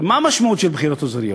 הרי מה המשמעות של בחירות אזוריות?